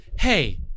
hey